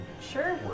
Sure